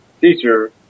teacher